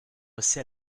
aussi